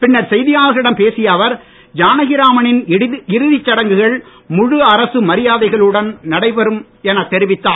பின்னர் செய்தியாளர்களிடம் பேசிய அவர் ஜானகிராம னின் இறுதிச் சடங்குகள் முழு அரசு மாரியாதைகளுடன் நடைபெறும் எனக் தெரிவித்தார்